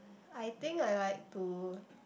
I think I like to